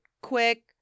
quick